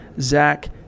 Zach